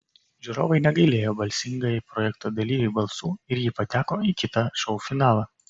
žiūrovai negailėjo balsingajai projekto dalyvei balsų ir ji pateko į kitą šou finalą